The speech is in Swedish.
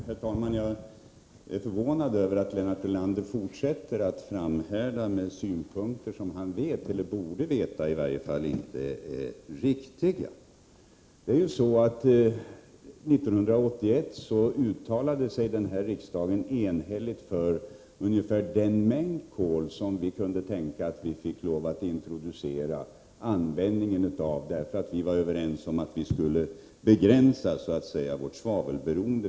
Herr talman! Jag är förvånad över att Lennart Brunander fortsätter att framhärda med synpunkter som han vet — eller i varje fall borde veta — inte är riktiga. År 1981 uttalade sig denna riksdag enhälligt om den ungefärliga mängd kol som vi kunde tänka oss att introducera användningen av därför att vi var överens om att vi skulle begränsa vårt svavelberoende.